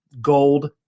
gold